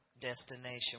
destination